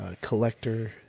collector